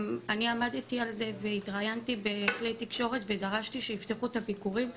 אני עמדתי על זה והתראיינתי בכלי תקשורת ודרשתי שיפתחו את הביקורים.